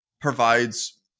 provides